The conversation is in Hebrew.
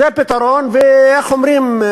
זה פתרון, ואיך אומרים?